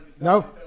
No